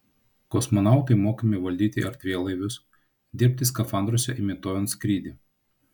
kosmonautai mokomi valdyti erdvėlaivius dirbti skafandruose imituojant skrydį